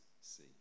see